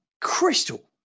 crystal